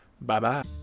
Bye-bye